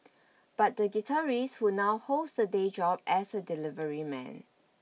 but the guitarist who now holds a day job as a delivery man